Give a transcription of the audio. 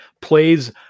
plays